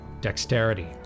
dexterity